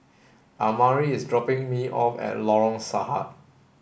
Amari is dropping me off at Lorong Sarhad